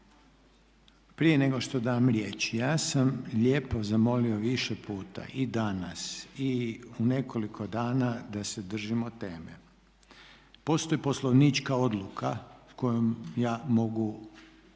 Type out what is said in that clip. Prije nego što dam riječ. Ja sam lijepo zamolio više puta i danas i u nekoliko dana da se držimo teme. Postoji poslovnička odluka sa kojom ja mogu